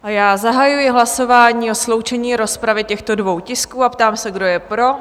Zahajuji hlasování o sloučení rozpravy těchto dvou tisků a ptám se, kdo je pro?